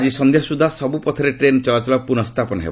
ଆଜି ସନ୍ଧ୍ୟା ସୁଦ୍ଧା ସବୁ ପଥରେ ଟ୍ରେନ୍ ଚଳାଚଳ ପୁନଃ ସ୍ଥାପନ ହେବ